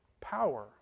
power